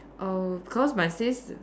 oh cause my sis